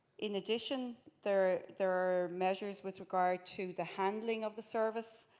in addition there there are measures with regard to the handling of the service.